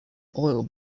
oil